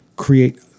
create